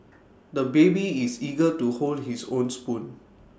the baby is eager to hold his own spoon